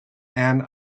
anne